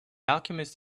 alchemist